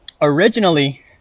Originally